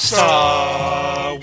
Star